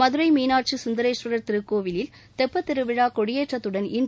மதுரை மீனாட்சி சுந்தரேஸ்வரர் திருக்கோவிலில் தெப்பத்திருவிழா கொடியேற்றத்துடன் இன்று தொடங்கியது